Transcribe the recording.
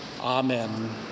Amen